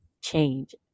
change